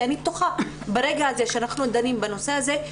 אני בטוחה שברגע הזה עת אנחנו דנים בנושא הזה,